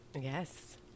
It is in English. Yes